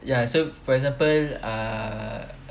ya so for example ah